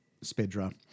Spedra